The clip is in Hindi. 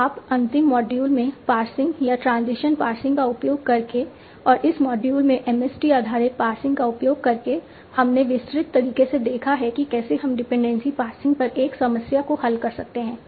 तो अंतिम मॉड्यूल में पार्सिंग या ट्रांजिशन पार्सिंग का उपयोग करके और इस मॉड्यूल में MST आधारित पार्सिंग का उपयोग करके हमने विस्तृत तरीके से देखा है कि कैसे हम डिपेंडेंसी पार्सिंग पर एक समस्या को हल कर सकते हैं